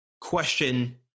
question